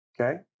okay